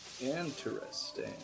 Interesting